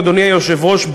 אדוני היושב-ראש,